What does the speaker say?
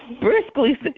briskly